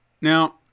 Now